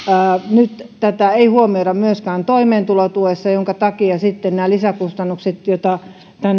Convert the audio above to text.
nyt tätä ei huomioida myöskään toimeentulotuessa minkä takia sitten nämä lisäkustannukset joita